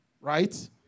Right